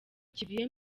kivuye